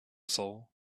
soul